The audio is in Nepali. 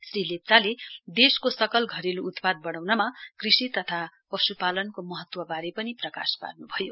श्री लेप्चाले देशको सकल घरेल् उत्पाद बडाउनमा कृषि तथा पश्पालनको महत्वबारे पनि प्रकाश पार्न्भयो